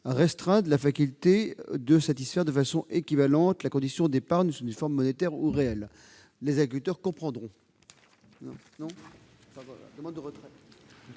restreindre la faculté de satisfaire de façon équivalente la condition d'épargne sous une forme monétaire ou réelle. En conséquence, la commission